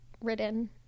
written